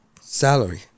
salary